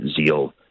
Zeal